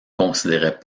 considérait